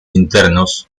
internos